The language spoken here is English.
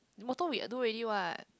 motor we do already what